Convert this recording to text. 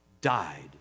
died